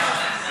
התשע"ז 2017,